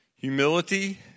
Humility